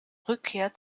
rückkehr